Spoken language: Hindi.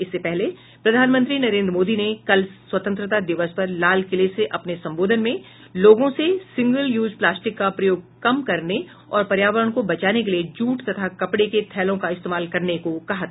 इससे पहले प्रधानमंत्री नरेन्द्र मोदी ने कल स्वतंत्रता दिवस पर लाल किले से अपने संबोधन में लोगों से सिंगल यूज प्लास्टिक का प्रयोग कम करने और पर्यावरण को बचाने के लिए जूट तथा कपड़े के थैलों का इस्तेमाल करने को कहा था